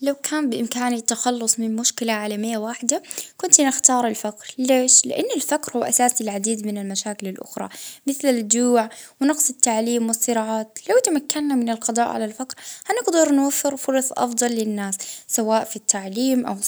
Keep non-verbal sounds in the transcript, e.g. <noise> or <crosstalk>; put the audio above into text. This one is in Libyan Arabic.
الفقر <hesitation> الناس <hesitation> علاش الفقر؟ لأن الناس يعني تستحق أنها تعيش بكرامة فهادي المشكلة اللي نتمنى يعني أن